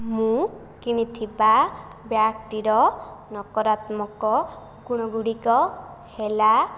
ମୁଁ କିଣିଥିବା ବ୍ୟାଗ୍ଟିର ନକରାତ୍ମକ ଗୁଣ ଗୁଡ଼ିକ ହେଲା